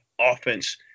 offense